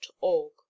org